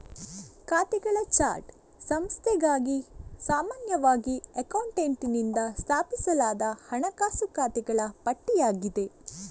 ಖಾತೆಗಳ ಚಾರ್ಟ್ ಸಂಸ್ಥೆಗಾಗಿ ಸಾಮಾನ್ಯವಾಗಿ ಅಕೌಂಟೆಂಟಿನಿಂದ ಸ್ಥಾಪಿಸಲಾದ ಹಣಕಾಸು ಖಾತೆಗಳ ಪಟ್ಟಿಯಾಗಿದೆ